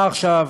מה עכשיו